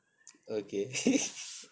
okay